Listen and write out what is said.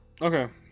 Okay